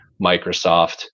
Microsoft